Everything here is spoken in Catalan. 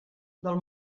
del